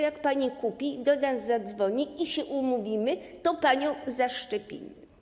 Jak pani kupi, do nas zadzwoni i się umówimy, to panią zaszczepimy.